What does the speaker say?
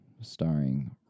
starring